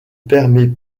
permet